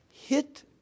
hit